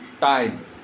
time